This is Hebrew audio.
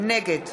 נגד